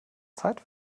zeit